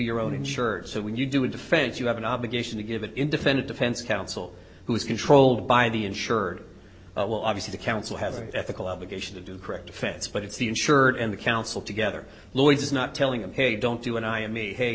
your own insured so when you do a defense you have an obligation to give an independent defense counsel who is controlled by the insured well obviously the counsel has an ethical obligation to do correct defense but it's the insured and the counsel together lloyd's is not telling them hey don't do what i am me hey